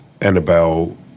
Annabelle